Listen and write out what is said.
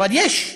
אבל יש אזורים,